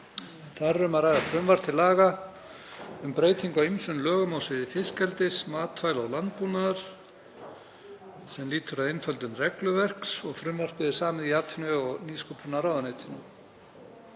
Þar er um að ræða frumvarp til laga um breytingu á ýmsum lögum á sviði fiskeldis, matvæla og landbúnaðar, sem lýtur að einföldun regluverks. Frumvarpið er samið í atvinnu- og nýsköpunarráðuneytinu.